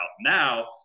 Now